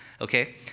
okay